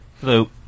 Hello